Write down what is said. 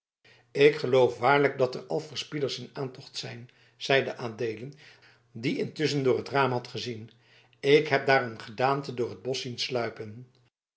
ik geloof waarlijk dat er al verspieders in aantocht zijn zeide adeelen die intusschen door het raam had gezien ik heb daar een gedaante door het bosch zien sluipen